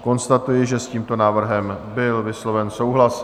Konstatuji, že s tímto návrhem byl vysloven souhlas.